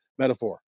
Metaphor